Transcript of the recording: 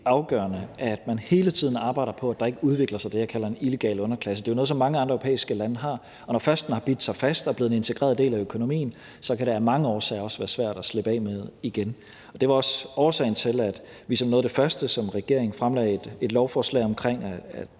afgørende, at man hele tiden arbejder på, at der ikke udvikler sig det, jeg kalder en illegal underklasse. Det er jo noget, som mange andre europæiske lande har, og når den først har bidt sig fast og er blevet en integreret del af økonomien, kan den af mange årsager være svær at slippe af med igen. Det var også årsagen til, at vi som regering som noget af det første fremlagde et lovforslag omkring at